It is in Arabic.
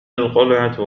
القلعة